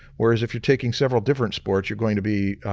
whereas if you're taking several different sports, you're going to be